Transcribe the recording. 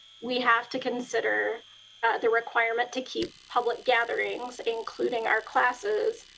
we have to consider the requirement to keep public gatherings, including our classes,